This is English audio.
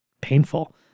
painful